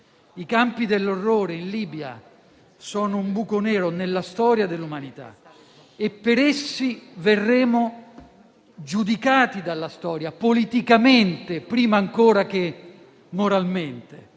I campi dell'orrore in Libia sono un buco nero nella storia dell'umanità e per essi verremo giudicati dalla storia, politicamente prima ancora che moralmente,